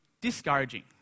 discouraging